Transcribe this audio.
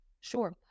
Sure